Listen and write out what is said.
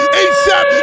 asap